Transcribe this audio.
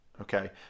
okay